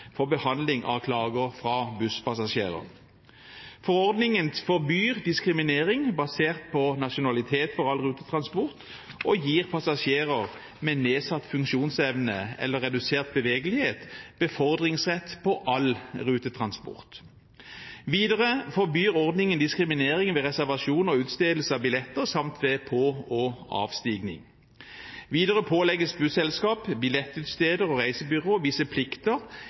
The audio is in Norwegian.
for behandling av klager fra busspassasjerer. Forordningen forbyr diskriminering basert på nasjonalitet for all rutetransport og gir passasjerer med nedsatt funksjonsevne eller redusert bevegelighet befordringsrett på all rutetransport. Videre forbyr forordningen diskriminering ved reservasjon og utstedelse av billetter, samt ved på- og avstigning. Videre pålegges busselskap, billettutsteder og reisebyrå visse plikter